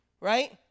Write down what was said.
Right